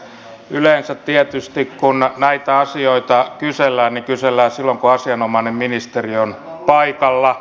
yleensä tietysti kun näitä asioita kysellään niin kysellään silloin kun asianomainen ministeri on paikalla